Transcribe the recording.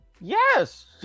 Yes